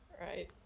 right